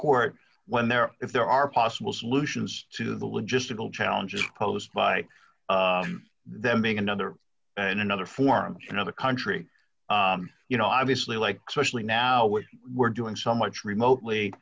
court when there are if there are possible solutions to the logistical challenges posed by them being another and another form another country you know obviously like socially now what we're doing so much remotely